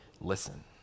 listen